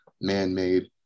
man-made